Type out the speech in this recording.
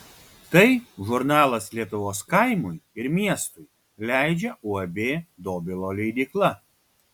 tai žurnalas lietuvos kaimui ir miestui leidžia uab dobilo leidykla